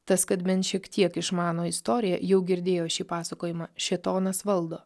tas kad bent šiek tiek išmano istoriją jau girdėjo šį pasakojimą šėtonas valdo